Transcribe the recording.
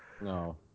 No